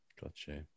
Gotcha